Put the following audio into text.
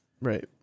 Right